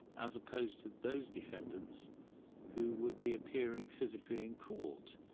as opposed to those defendants who would be appearing physically in court.